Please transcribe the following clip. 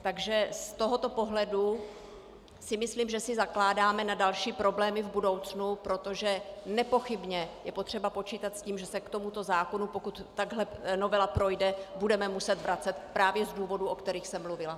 Takže z tohoto pohledu si myslím, že si zakládáme na další problémy v budoucnu, protože nepochybně je potřeba počítat s tím, že se k tomuto zákonu, pokud takhle novela projde, budeme muset vracet právě z důvodů, o kterých jsem mluvila.